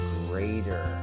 greater